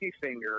finger